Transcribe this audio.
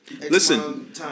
Listen